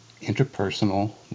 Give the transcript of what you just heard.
interpersonal